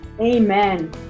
amen